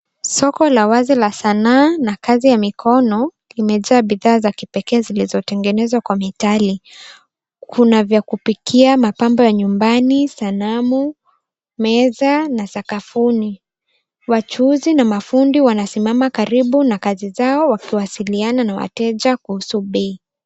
Soko la wazi lenye kazi nyingi za mikono limejaa bidhaa za kipekee zilizopambwa kwa mitindo mbalimbali. Kuna vyombo vya kupikia, mapambo ya nyumbani, sanamu, meza na mazulia sakafuni. Wauzaji na mafundi wamesimama karibu na kazi zao wakizungumza na wateja kwa urafiki.